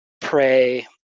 pray